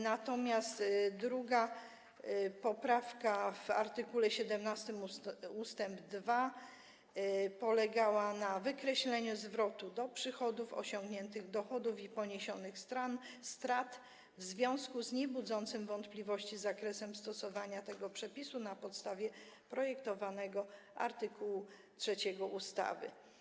Natomiast druga poprawka, do art. 17 ust. 2, polegała na wykreśleniu zwrotu: do przychodów, osiągniętych dochodów i poniesionych strat w związku z niebudzącym wątpliwości zakresem stosowania tego przepisu na podstawie projektowanego art. 3 ustawy.